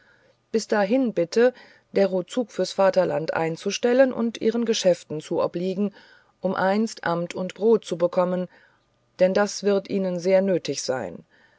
bis dahin bitte dero zug fürs vaterland einzustellen und ihren geschäften obzuliegen um einst amt und brot zu bekommen denn das wird ihnen sehr nötig sein